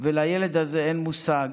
ולילד הזה אין / מושג.